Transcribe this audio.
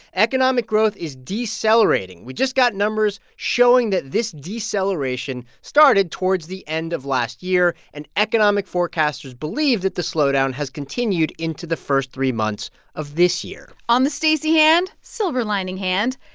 economic growth is decelerating. we just got numbers showing that this deceleration started towards the end of last year. and economic forecasters believe that the slowdown has continued into the first three months of this year on the stacey hand, silver lining hand,